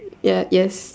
ya yes